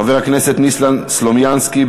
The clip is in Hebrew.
חבר הכנסת ניסן סלומינסקי.